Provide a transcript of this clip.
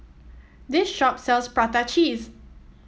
this shop sells Prata Cheese